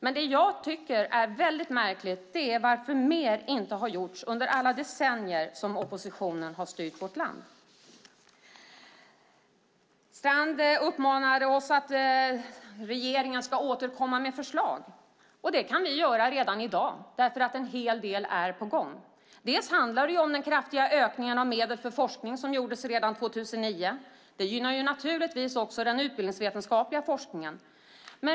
Men jag tycker att det är väldigt märkligt att inte mer har gjorts under alla decennier som oppositionen har styrt vårt land. Strand uppmanade regeringen att återkomma med förslag. Det kan vi göra redan i dag. En hel del är nämligen på gång. Det handlar bland annat om den kraftiga ökningen av medel för forskning som gjordes redan 2009. Det gynnar naturligtvis också den utbildningsvetenskapliga forskningen.